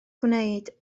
gwneud